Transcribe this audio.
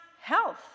health